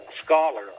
scholar